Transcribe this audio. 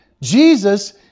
Jesus